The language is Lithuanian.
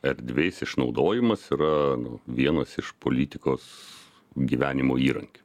erdvės išnaudojimas yra vienas iš politikos gyvenimo įrankių